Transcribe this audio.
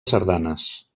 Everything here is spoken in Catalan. sardanes